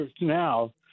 now